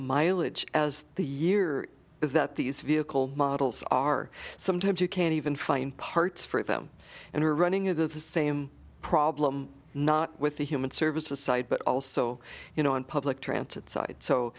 mileage as the year that these vehicle models are sometimes you can even find parts for them and are running into the same problem not with the human services side but also you know on public transit side so